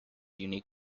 unique